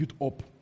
up